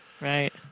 right